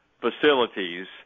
facilities